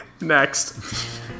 Next